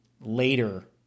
later